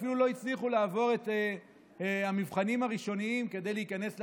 אפילו לא הצליחו לעבור את המבחנים הראשונים כדי להיכנס לאקדמיה,